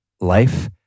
life